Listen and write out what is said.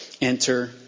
Enter